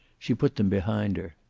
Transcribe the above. she put them behind her.